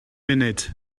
munud